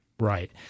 Right